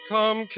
Come